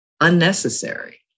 unnecessary